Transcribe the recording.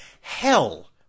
hell